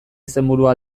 izenburua